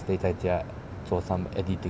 stay 在家做 some editing